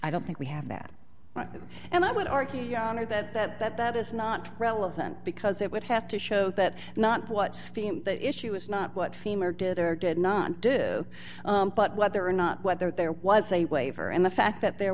i don't think we have that right and i would argue that that that that is not relevant because it would have to show that not what the issue is not what femur did or did not do but whether or not whether there was a waiver and the fact that there